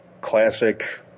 classic